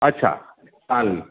अच्छा चालेल